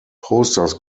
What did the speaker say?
posters